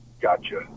Gotcha